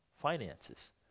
finances